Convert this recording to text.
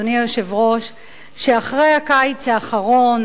שאחרי הקיץ האחרון,